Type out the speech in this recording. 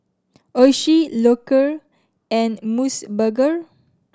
Oishi Loacker and Mos Burger